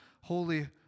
Holy